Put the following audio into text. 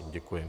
Děkuji.